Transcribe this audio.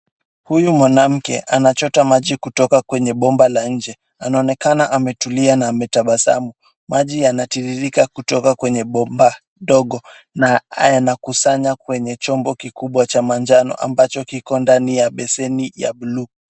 Huyu mwanamke anachota maji kutoka kwenye bomba la nje. Anaonekana ametulia na ametabasamu. Maji yanatiririka kutoka kwenye bomba ndogo na yanakusanya kwenye chombo kikubwa cha manjano ambacho kiko ndani ya beseni ya buluu.